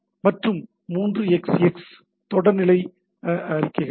மற்றும் 3xx தொடர் நிலை அறிக்கைகள் உள்ளன